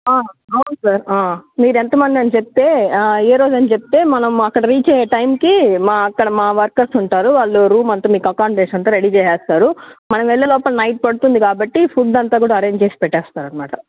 అవును సార్ మీరు ఎంతమంది అని చెప్తే ఏ రోజు అని చెప్తే మనం అక్కడ రీచ్ అయ్యే టైముకి మా అక్కడ మా వర్కర్స్ ఉంటారు వాళ్ళు రూమ్ అంతా అకామడేషన్ అంతా రెడీ చేసేస్తారు మనం వెళ్ళేలోపు నైట్ పడుతుంది కాబట్టి ఫుడ్డు అంతా కూడా అరేంజ్ చేసి పెట్టేస్తారు అన్నమాట